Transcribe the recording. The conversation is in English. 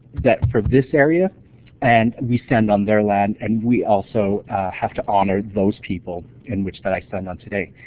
that from this area and we stand on their land and we also have to honor those people in which that i stand on today.